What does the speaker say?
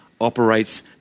operates